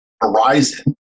horizon